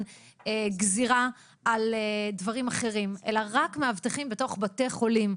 גזירה על דברים אחרים אלא רק מאבטחים בתוך בתי חולים.